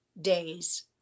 days